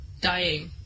dying